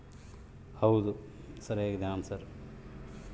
ಕಾಗದ ಹೂವನ ಗಿಡ ದಕ್ಷಿಣ ಅಮೆರಿಕಾದ ಬ್ರೆಜಿಲ್ ಇದರ ತವರು ಇದೊಂದು ಅಲಂಕಾರ ಸಸ್ಯ